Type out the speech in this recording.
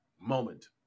moment